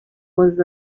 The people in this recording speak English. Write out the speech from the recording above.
was